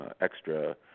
extra